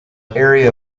area